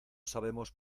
sabemos